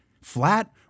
Flat